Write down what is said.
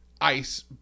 ice